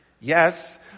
yes